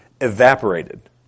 evaporated